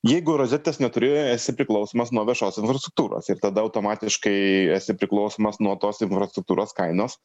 jeigu rozetės neturi esi priklausomas nuo viešosios infrastruktūros ir tada automatiškai esi priklausomas nuo tos infrastruktūros kainos